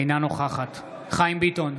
אינה נוכחת חיים ביטון,